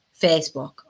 Facebook